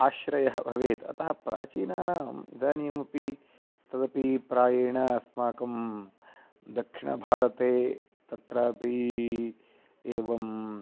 आश्रयः भवेत् अतः प्राचीनानाम् इदानीमपि तदपि प्रायेण अस्माकं दक्षिणभारते तत्रापि एवं